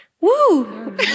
Woo